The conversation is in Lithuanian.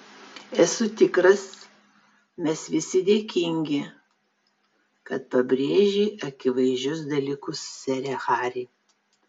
esu tikras mes visi dėkingi kad pabrėži akivaizdžius dalykus sere hari